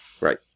Right